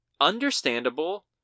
understandable